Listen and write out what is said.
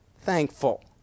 thankful